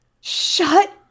Shut